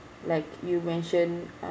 like you mention uh